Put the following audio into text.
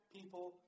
people